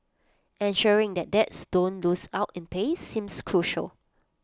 ensuring that dads don't lose out in pay seems crucial